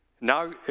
Now